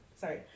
sorry